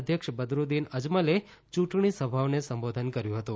અધ્યક્ષ બદરૂદ્દીન અજમલે ચૂંટણી સભાઓને સંબોધન કર્યું હતું